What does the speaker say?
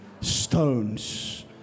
stones